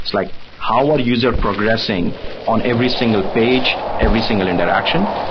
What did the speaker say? it's like how our user progressing on every single page, every single interaction.